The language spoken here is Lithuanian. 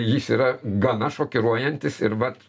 jis yra gana šokiruojantis ir vat